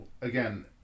again